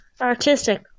artistic